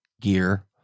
gear